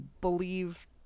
believe